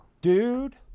dude